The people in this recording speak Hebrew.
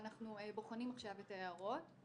ואנחנו בוחנים עכשיו את ההערות.